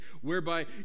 whereby